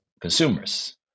consumers